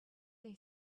they